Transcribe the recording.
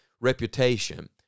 reputation